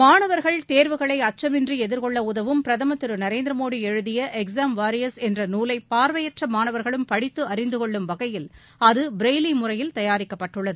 மாணவர்கள் தேர்வுகளை அச்சமின்றி எதிர்கொள்ள உதவும் பிரதமர் திரு நரேந்திர மோடி எழுதிய எக்ஸாம்வாரியாஸ் என்ற நூலை பார்வையற்ற மாணவர்களும் படித்து அறிந்தகொள்ளும் வகையில் அது பிரெய்லி முறையில் தயாரிக்கப்பட்டுள்ளது